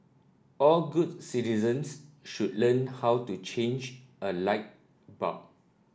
all good citizens should learn how to change a light bulb